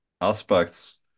aspects